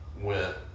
went